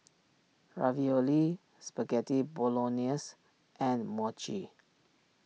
Ravioli Spaghetti Bolognese and Mochi